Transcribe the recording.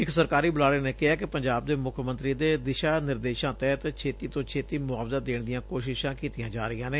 ਇਕ ਸਰਕਾਰੀ ਬੁਲਾਰੇ ਨੇ ਕਿਹਾ ਕਿ ਪੰਜਾਬ ਦੇ ਮੁੱਖ ਮੰਤਰੀ ਦੇ ਦਿਸ਼ਾ ਨਿਰਦੇਸ਼ਾ ਤਹਿਤ ਛੇਤੀ ਤੋਂ ਛੇਤੀ ਮੁਆਵਜ਼ਾ ਦੇਣ ਦੀਆਂ ਕੋਸ਼ਿਸ਼ਾਂ ਕੀਤੀਆਂ ਜਾ ਰਹੀਆਂ ਨੇ